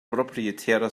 proprietärer